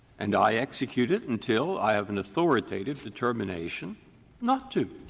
and i execute it until i have an authoritative determination not to.